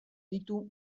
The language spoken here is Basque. ditu